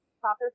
proper